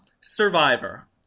Survivor